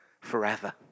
forever